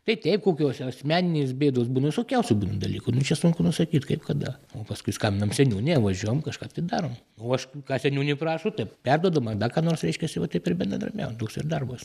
tai teip kokios asmeninės bėdos būna visokiausių būna dalykų nu čia sunku nusakyt kaip kada o paskui skambinam seniūnė važiuojam kažką tai darom o aš ką seniūnė prašo tai perduodu man da ką nors reiškiasi va taip ir bendradarbiaujam toks ir darbas